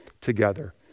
together